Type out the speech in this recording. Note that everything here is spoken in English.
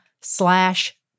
slash